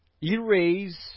erase